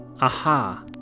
Aha